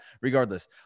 regardless